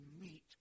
meet